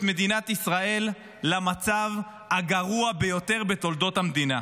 מדינת ישראל למצב הגרוע ביותר בתולדות המדינה.